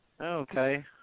Okay